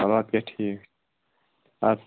آ ادٕ کیاہ ٹھیٖک اد سا